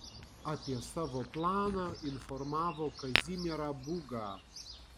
apie savo planą informavo kazimierą būgą